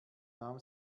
nahm